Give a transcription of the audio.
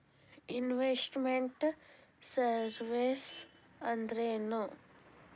Invest made services ಅಂದ್ರೇನು?